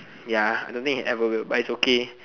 ya I don't think it's ever good but it's okay